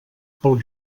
pel